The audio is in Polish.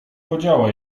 podziała